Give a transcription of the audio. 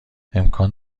امکان